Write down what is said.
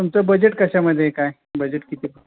तुमचं बजेट कशामध्ये आहे काय बजेट किती